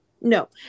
no